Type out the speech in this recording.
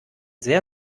sehr